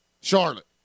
Charlotte